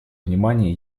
внимание